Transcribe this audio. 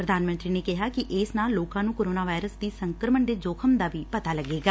ਪ੍ਰਧਾਨ ਮੰਤਰੀ ਨੇ ਕਿਹਾ ਕਿ ਏਸ ਨਾਲ ਲੋਕਾ ਨੂੰ ਕੋਰੋਨਾ ਵਾਇਰਸ ਦੀ ਸੰਕਰਮਣ ਦੇ ਜੋਖ਼ਮ ਦਾ ਵੀ ਪਤਾ ਲੱਗੇਗਾ